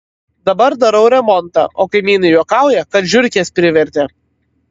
dabar darau remontą o kaimynai juokauja kad žiurkės privertė